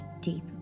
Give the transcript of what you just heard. deep